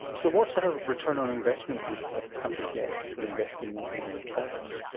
so what sort of return on investment would a country get for investing in toilets?